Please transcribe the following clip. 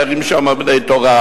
גרים שמה בני-תורה,